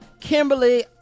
kimberly